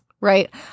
right